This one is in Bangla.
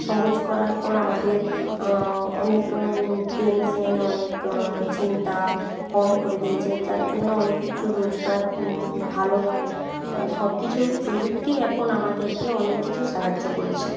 সহজ করার পর আমাদের অনেক টেনশন অনেক চিন্তা কম করে দিয়েছে যার জন্য অনেক কিছু রোজগার ভালো হয় সবকিছু প্রযুক্তিই এখন আমাদেরকে অনেক কিছু সাহায্য করেছে